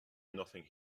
nothing